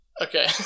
Okay